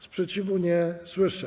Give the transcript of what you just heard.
Sprzeciwu nie słyszę.